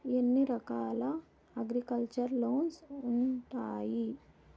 ఎన్ని రకాల agriculture loans ఉండాయి